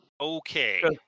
Okay